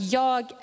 jag